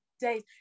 days